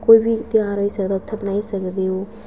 कोई बी ध्यार होई सकदा उत्थै बनाई सकदे ओ